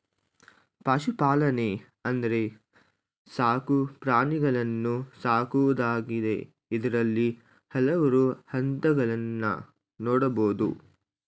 ಪಶುಪಾಲನೆ ಅಂದ್ರೆ ಸಾಕು ಪ್ರಾಣಿಗಳನ್ನು ಸಾಕುವುದಾಗಿದೆ ಇದ್ರಲ್ಲಿ ಹಲ್ವಾರು ಹಂತಗಳನ್ನ ನೋಡ್ಬೋದು